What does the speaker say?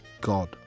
God